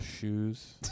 shoes